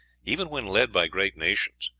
even when led by great nations,